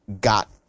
got